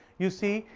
you see,